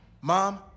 Mom